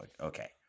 Okay